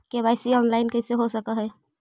KYC online कैसे हो सक है?